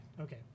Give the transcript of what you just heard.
Okay